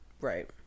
Right